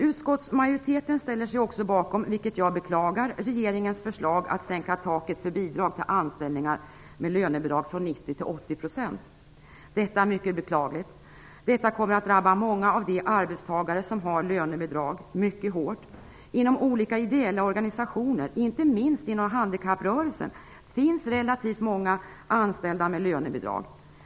Utskottsmajoriteten ställer sig också bakom, vilket jag beklagar, regeringens förslag om att sänka taket för bidrag till anställningar med lönebidrag från 90 % till 80 %. Detta är mycket beklagligt. Detta kommer att drabba många av de arbetstagare som har lönebidrag mycket hårt. Inom olika ideella organisationer, inte minst inom handikapprörelsen, finns relativt många anställda med lönebidrag.